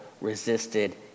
resisted